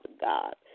God